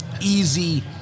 easy